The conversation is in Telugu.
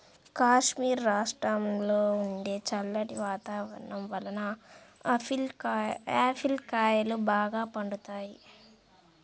కాశ్మీరు రాష్ట్రంలో ఉండే చల్లటి వాతావరణం వలన ఆపిల్ కాయలు బాగా పండుతాయి